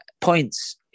points